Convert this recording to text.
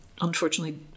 unfortunately